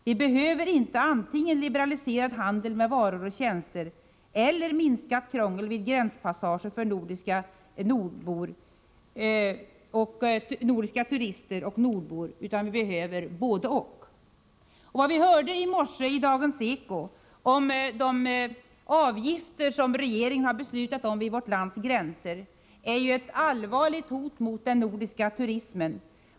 Vi behöver inte antingen liberaliserad handel med varor och tjänster eller minskat krångel vid gränspassager för turister och nordbor, utan vi behöver både-och. Vi hörde i Morgonekot i morse om de avgifter som regeringen beslutat införa vid vårt lands gränser. De är ett allvarligt hot mot den nordiska turismen.